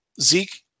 Zeke